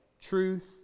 truth